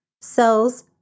Cells